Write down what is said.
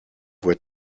vois